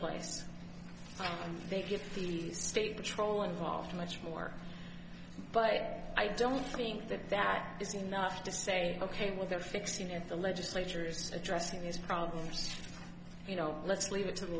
place they give feed the state patrol involved much more but i don't think that that is enough to say ok well they're fixing it the legislatures addressing these problems you know let's leave it to the